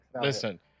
Listen